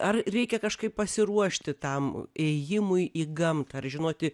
ar reikia kažkaip pasiruošti tam ėjimui į gamtą ar žinoti